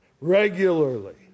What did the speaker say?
regularly